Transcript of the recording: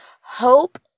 hope